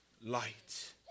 light